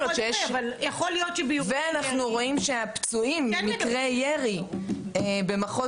ואנחנו רואים שהפצועים ממקרי ירי במחוז